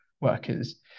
workers